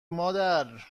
مادر